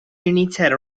iniziare